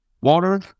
water